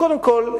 שקודם כול,